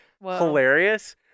hilarious